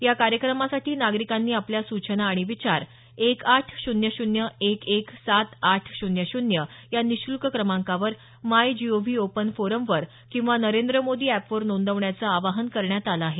या कार्यक्रमासाठी नागरिकांनी आपल्या सूचना आणि विचार एक आठ शून्य शून्य एक एक सात आठ शून्य शून्य या निशूल्क क्रमांकावर मायजीओव्ही ओपन फोरमवर किंवा नरेंद्र मोदी एप वर नोंदवण्याचं आवाहन करण्यात आलं आहे